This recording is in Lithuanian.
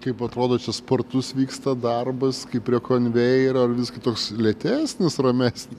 kaip atrodo čia spartus vyksta darbas kaip prie konvejerio ar visgi toks lėtesnis ramesn